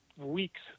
weeks